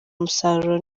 umusaruro